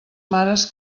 mares